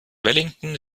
wellington